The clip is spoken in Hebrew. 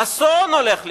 אסון הולך לקרות.